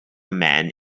man